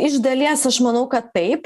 iš dalies aš manau kad taip